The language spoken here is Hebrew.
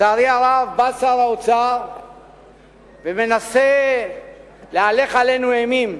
לצערי הרב, בא שר האוצר ומנסה להלך עלינו אימים.